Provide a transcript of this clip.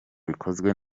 bikozwe